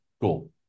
cool